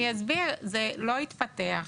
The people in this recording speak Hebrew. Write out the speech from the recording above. זה לא התפתח,